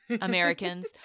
Americans